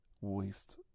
waste